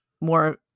more